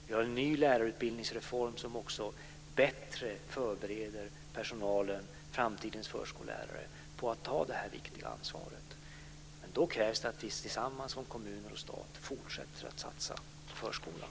Vi har också en ny lärarutbildningsreform som bättre förbereder personalen, framtidens förskollärare, på att ta det här viktiga ansvaret. Men då krävs det att kommuner och stat tillsammans fortsätter att satsa på förskolan.